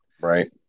Right